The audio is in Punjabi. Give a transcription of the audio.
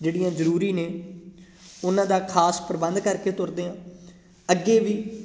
ਜਿਹੜੀਆਂ ਜ਼ਰੂਰੀ ਨੇ ਉਹਨਾਂ ਦਾ ਖਾਸ ਪ੍ਰਬੰਧ ਕਰਕੇ ਤੁਰਦੇ ਹਾਂ ਅੱਗੇ ਵੀ